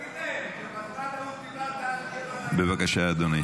אין מעמדן של הרצליה ותל אביב,